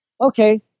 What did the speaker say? Okay